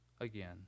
again